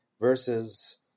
versus